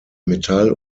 metall